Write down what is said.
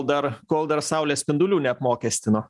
dar kol dar saulės spindulių neapmokestino